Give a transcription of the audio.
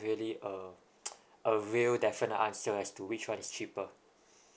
really a a real definite answer as to which one is cheaper